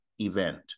event